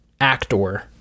actor